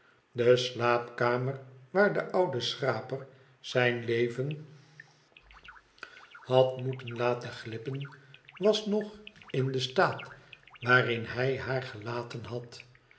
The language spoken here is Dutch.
de slaapkamer waar de oude schraper zijn leven had moeten laten glippen was nog in den staat waarin hij haar gelaten had